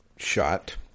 shot